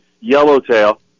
yellowtail